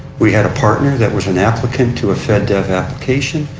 we had a partner that was an applicant to a fed dev application.